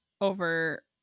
over